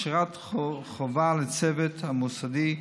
הכשרת חובה לצוות המוסדי,